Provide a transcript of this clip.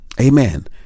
Amen